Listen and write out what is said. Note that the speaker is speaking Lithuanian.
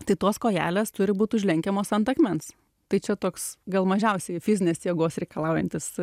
tai tos kojelės turi būt užlenkiamos ant akmens tai čia toks gal mažiausiai fizinės jėgos reikalaujantis